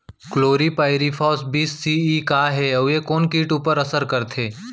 Chlorpyrifos बीस C E का हे अऊ ए कोन किट ऊपर असर करथे?